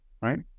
right